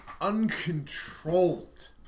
uncontrolled